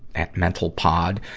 at mentalpod.